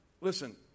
Listen